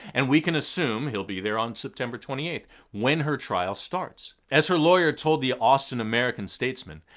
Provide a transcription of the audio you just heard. and we can assume he'll be there on september twenty eighth when her trial starts. as her lawyer told the austin american statesman,